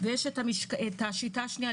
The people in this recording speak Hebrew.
והשנייה,